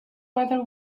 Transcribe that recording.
whether